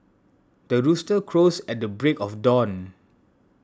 the rooster crows at the break of dawn